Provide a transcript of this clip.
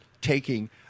taking